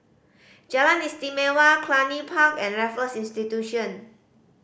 Jalan Istimewa Cluny Park and Raffles Institution